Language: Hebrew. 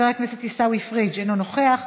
חבר הכנסת עיסאווי פריג' אינו נוכח,